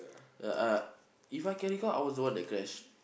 uh uh if I can recall I was the one that crash